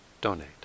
donate